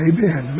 Amen